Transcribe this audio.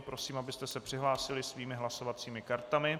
Prosím, abyste se přihlásili svými hlasovacími kartami.